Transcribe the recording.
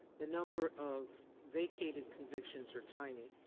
the number of vacated convictions are tiny.